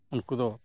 ᱩᱱᱠᱩ ᱫᱚ